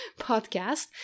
podcast